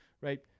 Right